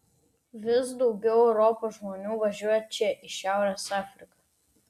vis daugiau europos žmonių važiuos čia į šiaurės afriką